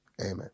Amen